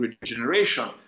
regeneration